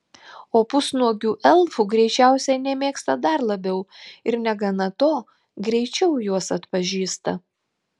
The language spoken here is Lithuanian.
o pusnuogių elfų greičiausiai nemėgsta dar labiau ir negana to greičiau juos atpažįsta